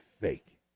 fake